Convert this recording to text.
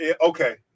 Okay